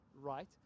right